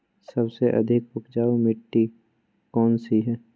सबसे अधिक उपजाऊ मिट्टी कौन सी हैं?